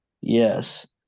Yes